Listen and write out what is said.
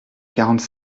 quarante